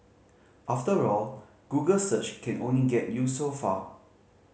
after all Google search can only get you so far